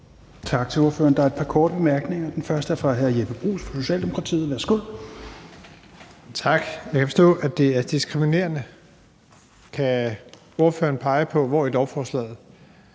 Tak til ordføreren. Der er et par korte bemærkninger. Den første er fra hr. Jeppe Bruus, Socialdemokratiet. Værsgo. Kl. 15:04 Jeppe Bruus (S): Tak. Jeg kan forstå, at det er diskriminerende. Kan ordføreren pege på, hvor der i lovforslaget